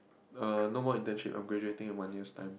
er no more internship I'm graduating in one year's time